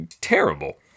terrible